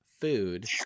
food